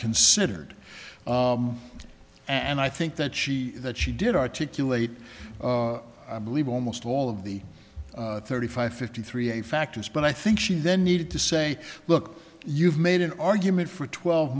considered and i think that she that she did articulate i believe almost all of the thirty five fifty three a factors but i think she then needed to say look you've made an argument for twelve